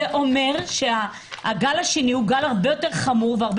זה אומר שהגל השני הוא גל הרבה יותר חמור והרבה